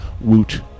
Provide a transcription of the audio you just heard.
Woot